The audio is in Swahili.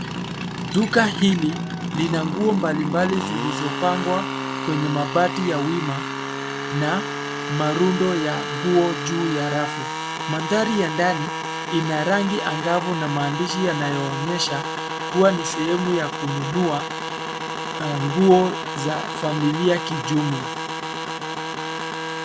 Duka hili lina nguo mbali mbali zilizo pangwa kwenye mabati ya wima na marundo ya nguo juu ya rafu. Mandhari ya ndani ina rangi angavu na maandishi yanayoonyesha kua ni sehemu ya kununua nguo za familia kijumla.